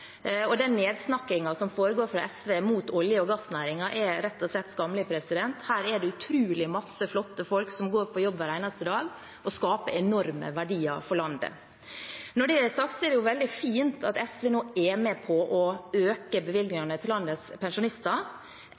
Og den nedsnakkingen som foregår fra SV av olje- og gassnæringen, er rett og slett skammelig. Her er det utrolig mange flotte folk som går på jobb hver eneste dag og skaper enorme verdier for landet. Når det er sagt, er det veldig fint at SV nå er med på øke bevilgningene til landets pensjonister